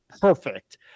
perfect